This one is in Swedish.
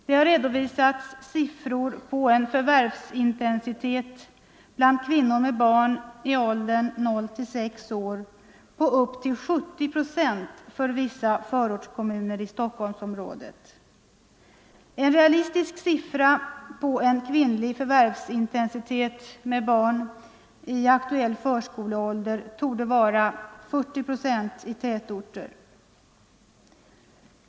Det har redovisats siffror på en förvärvsintensitet bland kvinnor med barn i åldern 0-6 år på upp till 70 procent för vissa förortskommuner i Stockholmsområdet. En realistisk siffra på förvärvsintensiteten för kvinnor med barn i aktuell förskoleålder torde vara 40 procent i tätorter.